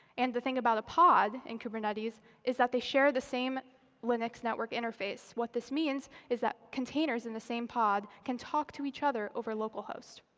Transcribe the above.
and the thing about a pod in kubernetes is that they share the same linux network interface. what this means is that containers in the same pod can talk to each other over local host.